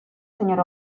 señor